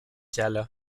cala